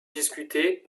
discutées